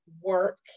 work